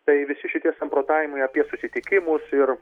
tai visi šitie samprotavimai apie susitikimus ir